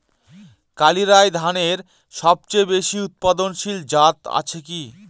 কালিরাই ধানের সবচেয়ে বেশি উৎপাদনশীল জাত আছে কি?